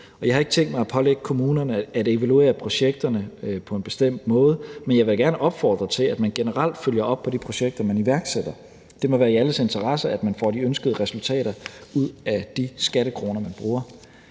jeg har ikke tænkt mig at pålægge kommunerne at evaluere projekterne på en bestemt måde, men jeg vil da gerne opfordre til, at man generelt følger op på de projekter, man iværksætter. Det må være i alles interesse, at man får de ønskede resultater ud af de skattekroner, man bruger.